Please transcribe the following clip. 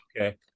Okay